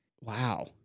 Wow